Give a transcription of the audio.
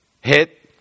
Hit